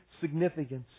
significance